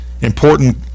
important